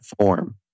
form